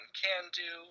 can-do